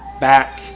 back